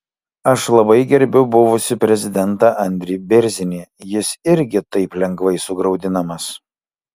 aš labai gerbiu buvusį prezidentą andrį bėrzinį jis irgi taip lengvai sugraudinamas